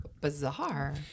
bizarre